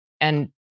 And-